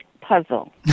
puzzle